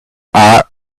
are